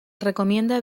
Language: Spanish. recomienda